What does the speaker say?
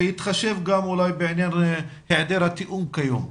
בהתחשב גם אולי בעניין היעדר התיאום כיום?